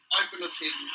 overlooking